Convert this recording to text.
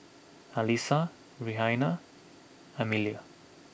Alissa Rhianna Emilia